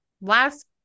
last